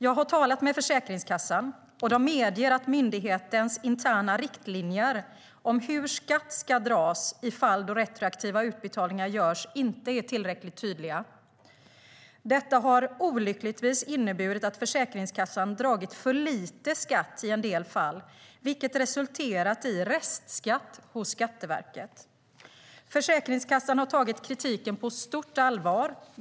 Jag har talat med Försäkringskassan och de medger att myndighetens interna riktlinjer om hur skatt ska dras i de fall då retroaktiva utbetalningar görs inte är tillräckligt tydliga. Detta har olyckligtvis inneburit att Försäkringskassan dragit för lite skatt i en del fall, vilket resulterat i restskatt hos Skatteverket. Försäkringskassan har tagit kritiken på stort allvar.